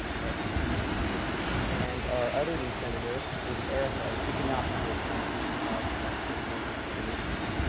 thank you, tj. ah and our other new senator is erica, and she could not be here tonight because she has she had work obligations.